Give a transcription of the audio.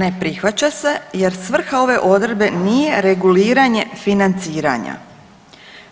Ne prihvaća se jer svrha ove odredbe nije reguliranje financiranja